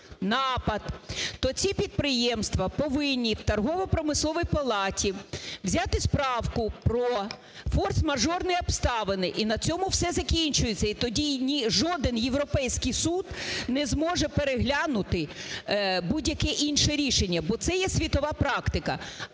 то ці підприємства повинні в Торгово-промисловій палаті взяти справку про форс-мажорні обставини і на цьому все закінчується. І тоді жоден європейський суд не зможе переглянути будь-яке інше рішення, бо це є світова практика.